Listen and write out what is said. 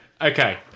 Okay